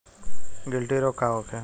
गिल्टी रोग का होखे?